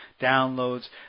downloads